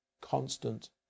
constant